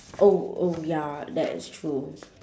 oh oh ya that is true